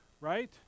right